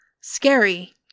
Scary